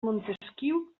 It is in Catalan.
montesquiu